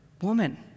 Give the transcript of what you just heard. Woman